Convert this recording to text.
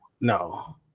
No